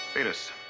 Venus